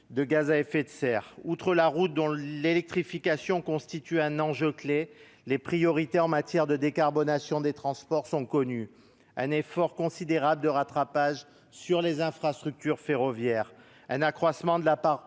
de gaz à effet de serre. Outre la route dont l'électrification constitue un enjeu clé, les priorités, en matière de décarbonation des transports, sont connues. Nous devons réaliser un effort considérable de rattrapage sur les infrastructures ferroviaires, accroître la part